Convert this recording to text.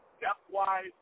depth-wise